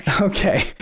Okay